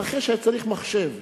נכה שהיה צריך מחשב,